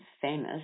famous